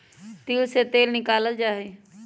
तिल से तेल निकाल्ल जाहई